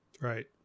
Right